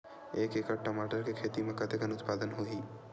एक एकड़ टमाटर के खेती म कतेकन उत्पादन होही?